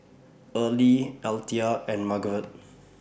Earlie Althea and Margeret